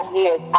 years